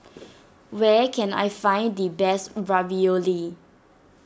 where can I find the best Ravioli